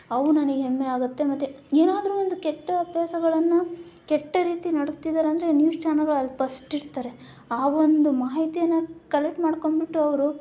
ಅವು ನನಗೆ ಹೆಮ್ಮೆ ಆಗತ್ತೆ ಮತ್ತೆ ಏನಾದರೂ ಒಂದು ಕೆಟ್ಟ ಅಭ್ಯಾಸಗಳನ್ನು ಕೆಟ್ಟ ರೀತಿ ನಡೆಸ್ತಿದ್ದಾರಂದರೆ ನ್ಯೂಸ್ ಚಾನೆಲ್ಲವರು ಅಲ್ಲಿ ಫ಼ಸ್ಟ್ ಇರ್ತಾರೆ ಆವೊಂದು ಮಾಹಿತಿಯನ್ನು ಕಲೆಕ್ಟ್ ಮಾಡ್ಕೊಂಬಿಟ್ಟು ಅವರು